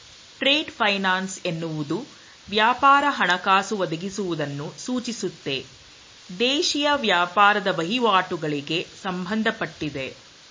trade finance ಎನ್ನುವುದು ವ್ಯಾಪಾರ ಹಣಕಾಸು ಒದಗಿಸುವುದನ್ನು ಸೂಚಿಸುತ್ತೆ ದೇಶೀಯ ವ್ಯಾಪಾರದ ವಹಿವಾಟುಗಳಿಗೆ ಸಂಬಂಧಪಟ್ಟಿದೆ